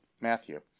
Matthew